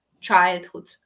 childhood